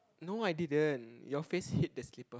no I didn't your face hit the slipper